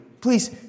Please